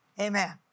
Amen